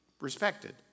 Respected